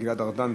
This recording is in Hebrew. גלעד ארדן.